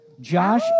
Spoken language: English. Josh